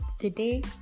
today